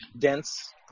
dense